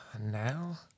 Now